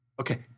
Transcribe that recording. Okay